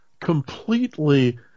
completely